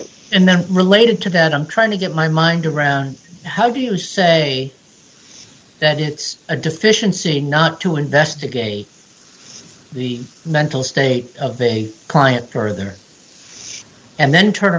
is and then related to that i'm trying to get my mind around how do you say that it's a deficiency not to investigate the mental state of a client per their and then turn